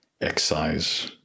excise